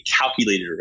calculated